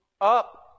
up